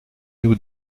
nous